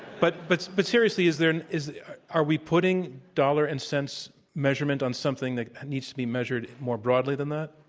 but but but seriously, is there and are we putting dollar and cents measurement on something that needs to be measured more broadly than that?